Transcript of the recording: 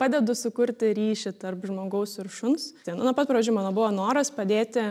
padedu sukurti ryšį tarp žmogaus ir šuns nuo pat pradžių mano buvo noras padėti